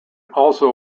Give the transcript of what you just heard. also